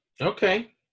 Okay